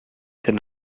dann